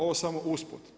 Ovo samo usput.